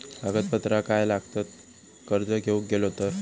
कागदपत्रा काय लागतत कर्ज घेऊक गेलो तर?